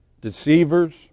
deceivers